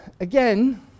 Again